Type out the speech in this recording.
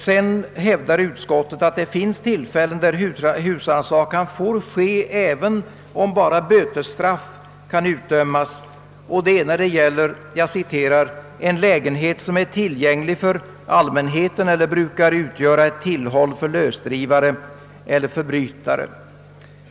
Sedan hävdar utskottet att det finns tillfällen då husrannsakan får ske även om bara bötesstraff kan utdömas, och det är när det gäller »en lägenhet som är tillgänglig för allmänheten eller brukar utgöra ett tillhåll för lösdrivare eller förbrytare».